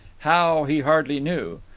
how, he hardly knew.